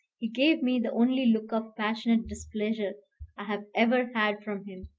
he gave me the only look of passionate displeasure i have ever had from him,